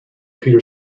peter